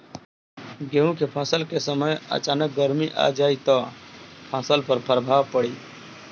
गेहुँ के फसल के समय अचानक गर्मी आ जाई त फसल पर का प्रभाव पड़ी?